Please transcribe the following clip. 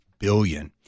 billion